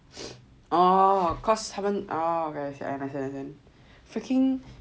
orh cause haven't orh understand understand